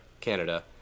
Canada